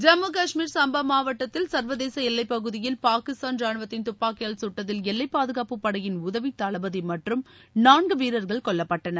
ஜம்மு காஷ்மீர் சாம்பா மாவட்டத்தில் சர்வதேச எல்லைப்பகுதியில் பாகிஸ்தான் ரானுவத்தின் துப்பாக்கியால் சுட்டதில் எல்லைப்பாதுகாப்புப் படையின் உதவி தளபதி மற்றும் நான்கு வீரர்கள் கொல்லப்பட்டனர்